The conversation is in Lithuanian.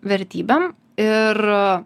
vertybėm ir